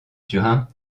turin